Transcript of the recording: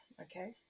okay